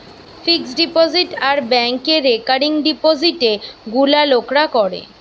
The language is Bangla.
ফিক্সড ডিপোজিট আর ব্যাংকে রেকারিং ডিপোজিটে গুলা লোকরা করে